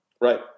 right